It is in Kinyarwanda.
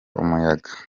umuyaga